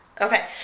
Okay